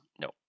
No